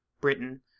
Britain